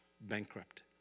bankrupt